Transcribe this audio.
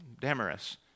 Damaris